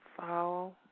Foul